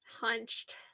Hunched